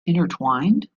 intertwined